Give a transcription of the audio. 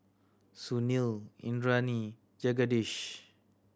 Sunil Indranee Jagadish